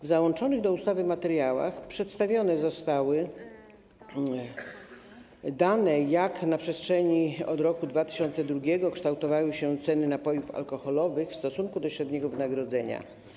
W załączonych do ustawy materiałach przedstawione zostały dane pokazujące, jak na przestrzeni lat od roku 2002 kształtowały się ceny napojów alkoholowych w stosunku do średniego wynagrodzenia.